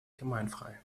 gemeinfrei